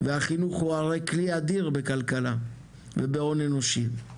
והחינוך הוא הרי כלי אדיר בכלכלה ובהון אנושי.